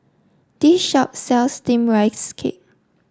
this shop sells steamed rice cake